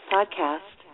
Podcast